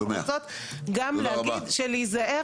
אנחנו רוצות גם להגיד,